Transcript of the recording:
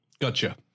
Gotcha